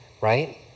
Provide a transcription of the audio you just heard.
right